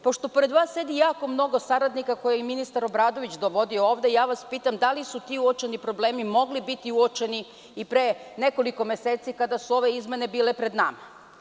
Pošto pored vas sedi jako mnogo saradnika koje je i ministar Obradović dovodio ovde - pitam vas da li su ti uočeni problemi mogli biti uočeni i pre nekoliko meseci, kada su ove izmene bile pred nama?